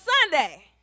Sunday